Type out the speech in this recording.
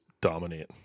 dominate